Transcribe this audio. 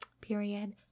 period